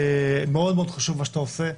מאוד מאוד חשוב מה שאתה עושה.